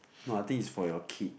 no I think it's for your kid